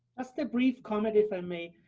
just a brief comment if i may.